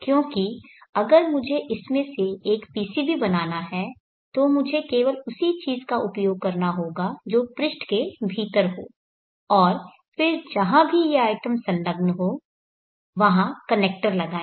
क्योंकि अगर मुझे इसमें से एक PCB बनाना है तो मुझे केवल उसी चीज का उपयोग करना होगा जो पृष्ठ के अंदर हो और फिर जहाँ भी ये आइटम संलग्न हों वहां कनेक्टर लगाएं